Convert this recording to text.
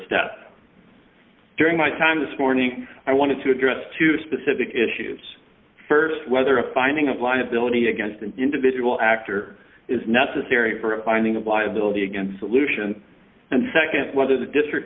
step during my time this morning i wanted to address two specific issues st whether a finding of liability against an individual actor is necessary for a finding of liability against solution and nd whether the district